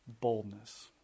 boldness